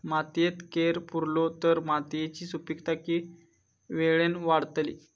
मातयेत कैर पुरलो तर मातयेची सुपीकता की वेळेन वाडतली?